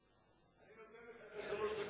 אני נותן לך את שלוש הדקות שלי.